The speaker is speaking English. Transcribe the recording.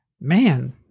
man